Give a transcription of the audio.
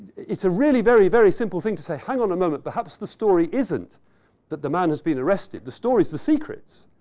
it's really a very, very simple thing to say, hang on a moment. perhaps the story isn't that the man who's been arrested. the story's the secrets.